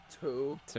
Two